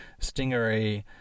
Stingery